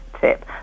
tip